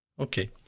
Okay